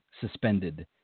suspended